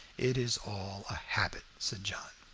it is all a habit, said john.